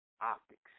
Optics